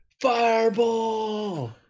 Fireball